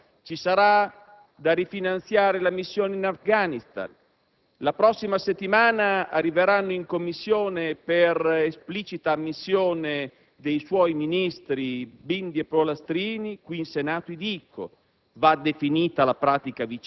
Entro il 25 marzo ci sarà da rifinanziare la missione in Afghanistan. La prossima settimana arriveranno in Commissione al Senato, per esplicita ammissione dei suoi ministri Bindi e Pollastrini, i Dico; va